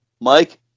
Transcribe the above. Mike